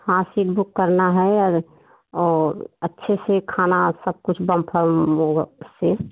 हाँ seat book करना है औउर और अच्छे से खाना सब कुछ बम्फल से